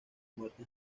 muerte